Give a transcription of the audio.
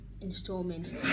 installments